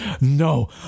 no